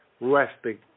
resting